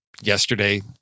yesterday